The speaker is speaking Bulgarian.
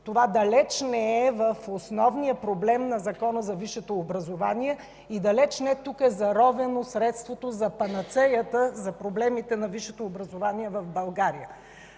обаче далеч не е основният проблем на Закона за висшето образование и далеч не тук е заровено средството за панацеята на проблемите на висшето образование в България.